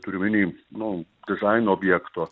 turiu omeny nu dizaino objekto